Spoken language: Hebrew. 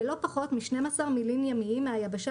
ולא פחות מ-12 מילין ימיים מהיבשה